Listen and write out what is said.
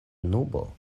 nubo